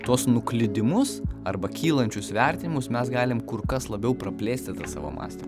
tuos nuklydimus arba kylančius vertinimus mes galim kur kas labiau praplėsti savo mąstymą